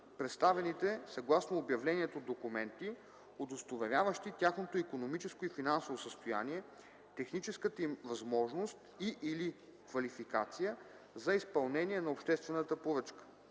представените съгласно обявлението документи, удостоверяващи тяхното икономическо и финансово състояние, техническата им възможност и/или квалификация за изпълнение на обществената поръчка.